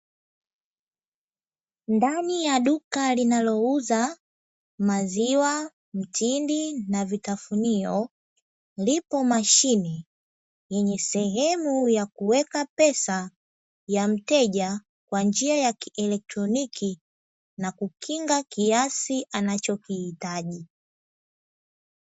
Ndani ya duka linalouza maziwa, mtindi na vitafunio lipo mashine yenye sehemu ya kueka pesa ya mteja kwa njia ya kielektroniki na kukinga kiasi anachokihitaji.